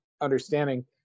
understanding